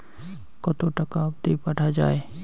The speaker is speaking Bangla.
কতো টাকা অবধি পাঠা য়ায়?